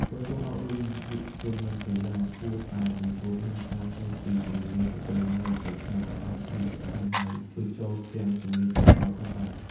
ក្រសួងអប់រំ យុវជន និងកីឡា គួរតែបញ្ចូលខ្លឹមសារស្តីពីជំនាញប្រពៃណីទៅក្នុងកម្មវិធីសិក្សាហើយបញ្ចូលទាំងជំនាញឌីជីថលផងដែរ។